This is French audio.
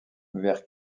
vers